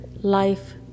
Life